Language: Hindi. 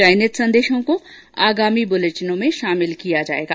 चयनित संदेशों को आगामी बुलेटिनों में शामिल किया जाएगा